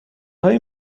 های